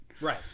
Right